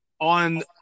On